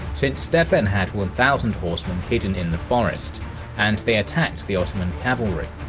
since stephen had one thousand horsemen hidden in the forest and the attacked the ottoman cavalry.